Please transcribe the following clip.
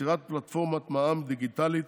יצירת פלטפורמת מע"מ דיגיטלית